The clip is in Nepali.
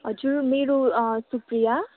हजुर मेरो सुप्रिया